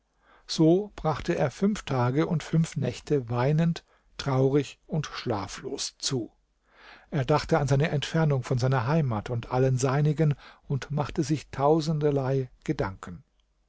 so brachte er fünf tage und fünf nächte weinend traurig und schlaflos zu er dachte an seine entfernung von seiner heimat und allen seinigen und machte sich tausenderlei gedanken